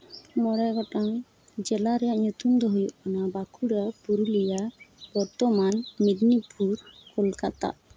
ᱢᱚᱬᱮ ᱜᱚᱴᱟᱝ ᱡᱮᱞᱟ ᱨᱮᱭᱟᱜ ᱧᱩᱛᱩᱢ ᱫᱚ ᱦᱩᱭᱩᱜ ᱠᱟᱱᱟ ᱵᱟᱸᱠᱩᱲᱟ ᱯᱩᱨᱩᱞᱤᱭᱟᱹ ᱵᱚᱨᱫᱷᱚᱢᱟᱱ ᱢᱮᱫᱽᱱᱤᱯᱩᱨ ᱠᱳᱞᱠᱟᱛᱟ